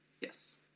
yes